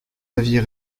aviez